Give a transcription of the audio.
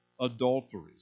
adulteries